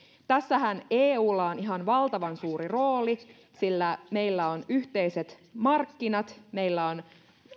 tässähän eulla on ihan valtavan suuri rooli sillä meillä on yhteiset markkinat meille on